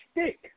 stick